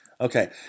Okay